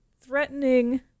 threatening